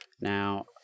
Now